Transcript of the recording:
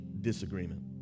disagreement